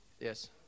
Yes